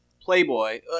Playboy